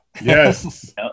Yes